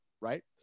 right